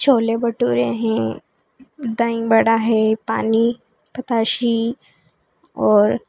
छोले भठूरे हैं दही वड़ा है पानी बताशे और